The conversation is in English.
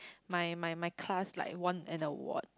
my my my class like won an award